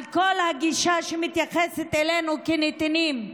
על כל הגישה שמתייחסת אלינו כנתינים.